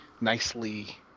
nicely